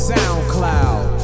SoundCloud